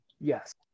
Yes